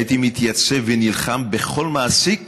הייתי מתייצב ונלחם בכל מעסיק